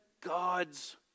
God's